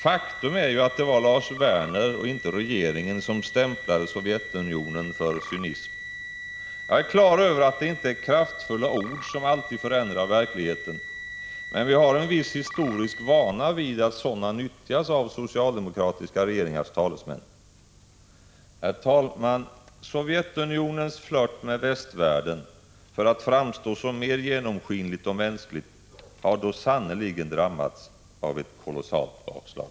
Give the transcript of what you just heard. Faktum är att det var Lars Werner och inte regeringen som stämplade Sovjet för cynism. Jag är klar över att det inte är kraftfulla ord som alltid förändrar verkligheten, men vi har en viss historisk vana vid att sådana nyttjas av socialdemokratiska regeringars talesmän. Herr talman! Sojvetunionens flirt med västvärlden, för att framstå som mer genomskinligt och mänskligt, har då sannerligen drabbats av ett kolossalt bakslag.